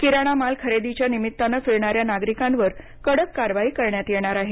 किराणा माल खरेदीच्या निमित्तानं फिरणाऱ्या नागरिकांवर कडक कारवाई करण्यात येणार आहे